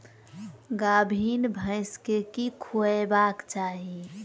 गाभीन भैंस केँ की खुएबाक चाहि?